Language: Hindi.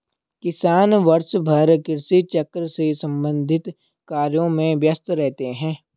किसान वर्षभर कृषि चक्र से संबंधित कार्यों में व्यस्त रहते हैं